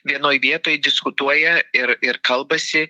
vienoj vietoj diskutuoja ir ir kalbasi